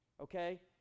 okay